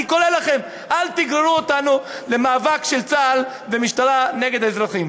אני קורא לכם: אל תגררו אותנו למאבק של צה"ל ומשטרה נגד האזרחים.